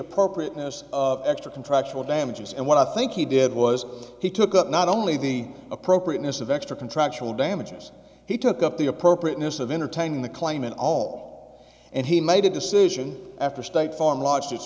appropriateness of extra contractual damages and what i think he did was he took up not only the appropriateness of extra contractual damages he took up the appropriateness of entertaining the claim and all and he made a decision after state farm l